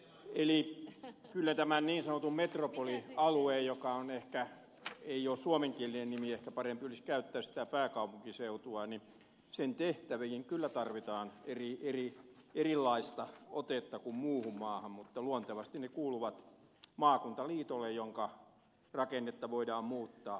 eli kyllä tämän niin sanotun metropolialueen joka ei ole suomenkielinen nimi ehkä parempi olisi käyttää sitä pääkaupunkiseutua tehtäviin kyllä tarvitaan erilaista otetta kuin muuhun maahan mutta luontevasti ne kuuluvat maakuntaliitolle jonka rakennetta voidaan muuttaa